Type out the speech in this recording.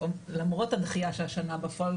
למרות הדחייה של השנה בפועל,